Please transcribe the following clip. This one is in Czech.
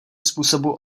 způsobu